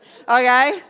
okay